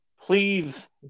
Please